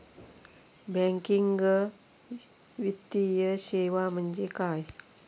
Banking वित्तीय सेवा म्हणजे काय?